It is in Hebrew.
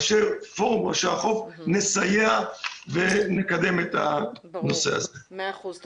פורום ראשי החוף נסייע ונקדם את הנושא הזה.